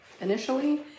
initially